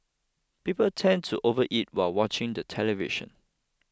people tend to overeat while watching the television